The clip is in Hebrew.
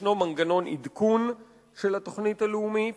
ישנו מנגנון עדכון של התוכנית הלאומית.